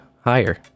Higher